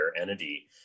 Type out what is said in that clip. entity